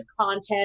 content